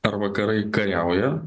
ar vakarai kariauja